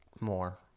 more